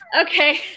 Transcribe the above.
okay